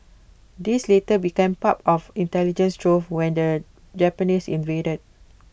these later became part of intelligence trove when the Japanese invaded